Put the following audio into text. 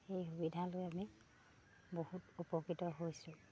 সেই সুবিধালৈ আমি বহুত উপকৃত হৈছোঁ